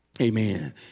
Amen